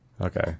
Okay